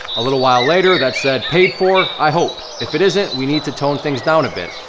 a little while later, that said paid for, i hope. if it isn't, we need to tone things down a bit,